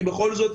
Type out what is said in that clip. כי בכל זאת,